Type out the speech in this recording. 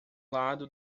lado